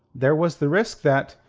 there was the risk that.